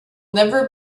never